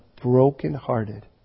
brokenhearted